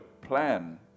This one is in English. plan